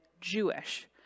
Jewish